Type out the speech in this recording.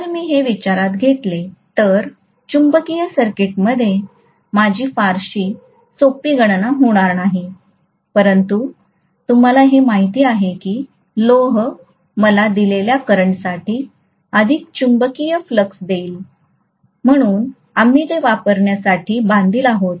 जर मी हे विचारात घेतले तर चुंबकीय सर्किटमध्ये माझी फारशी सोपी गणना होणार नाही परंतु तुम्हाला हे माहित आहे की लोह मला दिलेल्या करंटसाठी अधिक चुंबकीय फ्लक्स देईल म्हणून आम्ही ते वापरण्यासाठी बांधील आहोत